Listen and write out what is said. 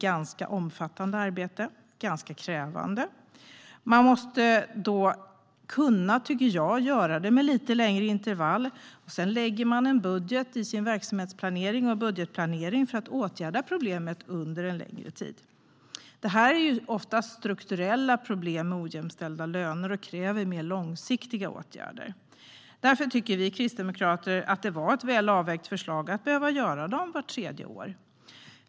Jag tycker att man måste kunna göra det med lite längre intervall, och sedan lägger man en budget i sin verksamhetsplanering och budgetplanering för att under en längre tid åtgärda problemen. Det är oftast strukturella problem med ojämställda löner, och de kräver mer långsiktiga åtgärder. Därför tycker vi kristdemokrater att det var ett väl avvägt förslag att man skulle göra dessa kartläggningar vart tredje år.